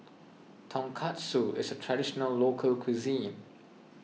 Tonkatsu is a Traditional Local Cuisine